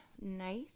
nice